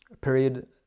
period